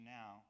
now